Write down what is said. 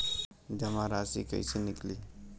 जमा राशि कइसे निकली?